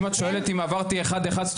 אם את שואלת אם עברתי אחד-אחד,